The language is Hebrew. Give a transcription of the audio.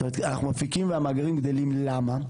אנחנו מפיקים והמאגרים גדלים, למה?